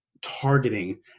targeting